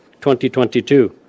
2022